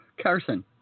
Carson